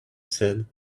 said